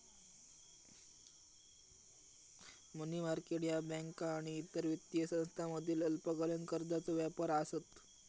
मनी market ह्या बँका आणि इतर वित्तीय संस्थांमधील अल्पकालीन कर्जाचो व्यापार आसत